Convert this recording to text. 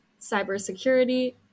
cybersecurity